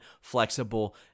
flexible